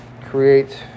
create